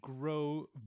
grow